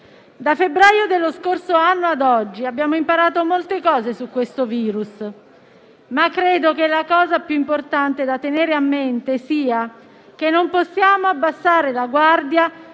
Da febbraio dello scorso anno ad oggi abbiamo imparato molte cose su questo virus, ma credo che la cosa più importante da tenere a mente sia che non possiamo abbassare la guardia